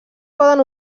poden